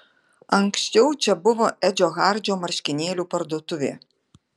anksčiau čia buvo edžio hardžio marškinėlių parduotuvė